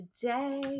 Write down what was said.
Today